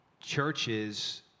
churches